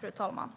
Fru talman!